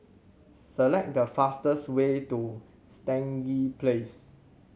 select the fastest way to Stangee Place